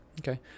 Okay